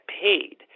paid